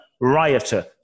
rioter